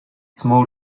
small